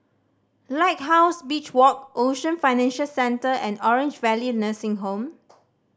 Lighthouse Beach Walk Ocean Financial Centre and Orange Valley Nursing Home